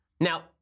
Now